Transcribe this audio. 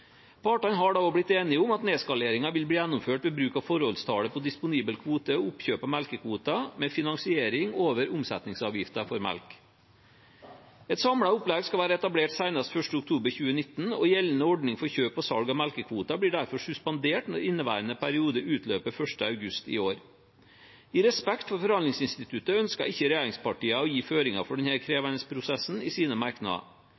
Partene har da også blitt enige om at nedskaleringen vil bli gjennomført ved bruk av forholdstallet på disponibel kvote og oppkjøp av melkekvoter med finansering over omsetningsavgiften for melk. Et samlet opplegg skal være etablert senest 1. oktober 2019, og gjeldende ordning for kjøp og salg av melkekvoter blir derfor suspendert når inneværende periode utløper 1. august i år. I respekt for forhandlingsinstituttet ønsker ikke regjeringspartiene å gi føringer for denne krevende prosessen i sine merknader.